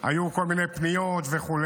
היו כל מיני פניות וכו',